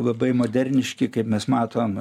labai moderniški kaip mes matom